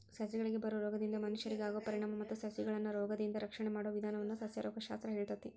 ಸಸಿಗಳಿಗೆ ಬರೋ ರೋಗದಿಂದ ಮನಷ್ಯರಿಗೆ ಆಗೋ ಪರಿಣಾಮ ಮತ್ತ ಸಸಿಗಳನ್ನರೋಗದಿಂದ ರಕ್ಷಣೆ ಮಾಡೋ ವಿದಾನವನ್ನ ಸಸ್ಯರೋಗ ಶಾಸ್ತ್ರ ಹೇಳ್ತೇತಿ